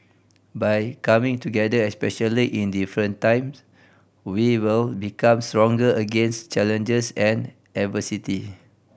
by coming together especially in difficult time we will become stronger against challenges and adversity